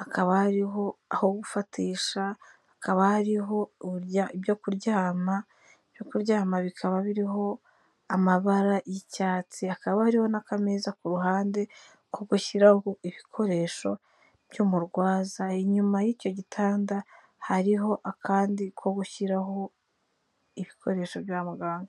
hakaba hariho aho gufatisha, hakaba hariho ibyo kuryama, ibyo kuryama bikaba biriho amabara y'icyatsi, hakaba hariho n'akameza ku ruhande ko gushyiraho ibikoresho by'umurwaza, inyuma y'icyo gitanda hariho akandi ko gushyiraho ibikoresho bya muganga.